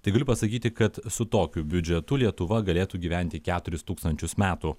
tai galiu pasakyti kad su tokiu biudžetu lietuva galėtų gyventi keturis tūkstančius metų